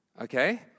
Okay